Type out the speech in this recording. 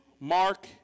Mark